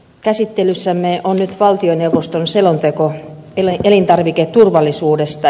käsittelyssämme on nyt valtioneuvoston selonteko elintarviketurvallisuudesta